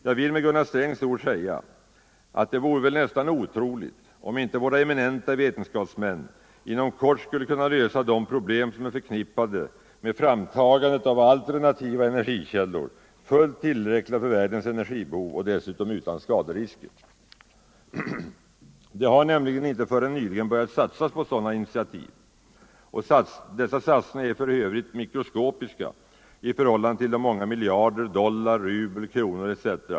Jag vill med Gunnar Strängs ord säga att det väl nästan vore otroligt om inte våra eminenta vetenskapsmän inom kort skulle kunna lösa de problem som är förknippade med framtagandet av alternativa energikällor, fullt tillräckliga för världens energibehov och dessutom utan skaderisker. Det har nämligen inte förrän nyligen börjat satsas på sådana initiativ. Dessa satsningar är för övrigt mikroskopiska i förhållande till de många miljarder dollar, rubel, kronor etc.